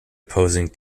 opposing